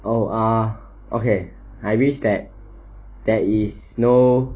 oh uh okay I wish that there is no